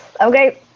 Okay